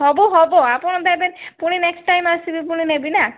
ସବୁ ହେବ ଆପଣ ଦେବେ ପୁଣି ନେକ୍ସଟ୍ ଟାଇମ୍ ଆସିବି ପୁଣି ନେବି ନା